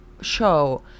show